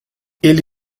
ele